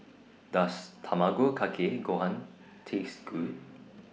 Does Tamago Kake Gohan Taste Good